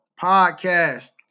podcast